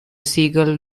seagull